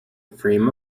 frame